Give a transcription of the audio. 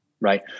right